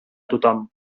tothom